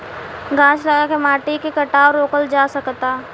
गाछ लगा के माटी के कटाव रोकल जा सकता